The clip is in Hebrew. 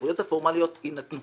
הסמכויות הפורמליות יינתנו.